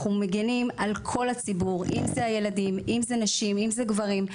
אנחנו מגנים על כל הציבור הילדים, נשים, גברים.